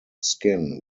skin